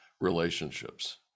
relationships